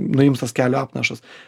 nuims tas kelio apnašas